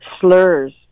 slurs